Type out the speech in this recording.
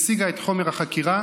הציגה את חומר החקירה,